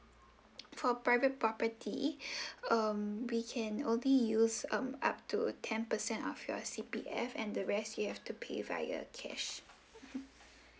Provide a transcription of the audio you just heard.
for private property um we can only use um up to ten percent of your C_P_F and the rest you have to pay via cash